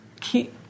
keep